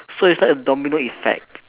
so it's like a domino effect